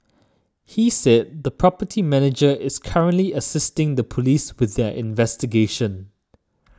he said the property manager is currently assisting the police with their investigations